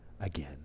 again